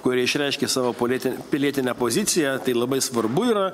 kuri išreiškė savo politin pilietinę poziciją tai labai svarbu yra